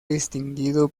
distinguido